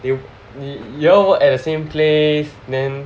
if 你 you all at the same place then